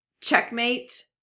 Checkmate